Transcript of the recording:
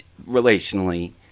relationally